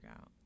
out